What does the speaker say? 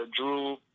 Drew